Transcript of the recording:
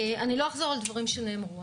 אני לא אחזור על דברים שנאמרו.